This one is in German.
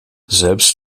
selbst